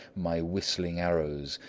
my whistling arrows,